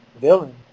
villain